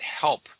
help